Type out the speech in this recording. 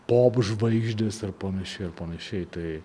pop žvaigždės ir panašiai ir panašiai tai